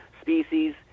species